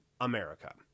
America